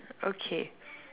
okay